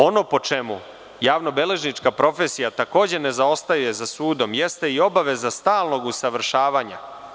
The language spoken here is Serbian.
Ono po čemu javnobeležnička profesija takođe ne zaostaje za sudom, jeste i obaveza stalnog usavršavanja.